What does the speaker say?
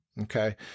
okay